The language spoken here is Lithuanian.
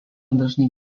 dažnai